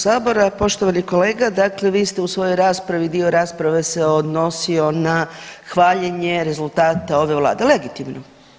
Poštovani kolega, dakle vi ste u svojoj raspravi, dio rasprave se odnosio na hvaljenje rezultata ove vlade, legitimno.